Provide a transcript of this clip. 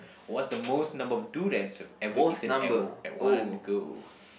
what's the most number of durians you've ever eaten at at one go